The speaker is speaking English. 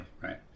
Right